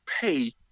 pay